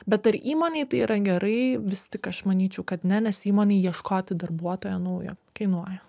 bet ar įmonei tai yra gerai vis tik aš manyčiau kad ne nes įmonei ieškoti darbuotojo naujo kainuoja